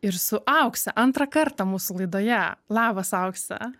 ir su aukse antrą kartą mūsų laidoje labas aukse